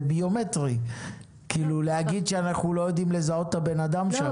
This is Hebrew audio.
זה ביומטרי כשאומרים שאתם לא יודעים לזהות את הבן אדם שם.